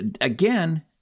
again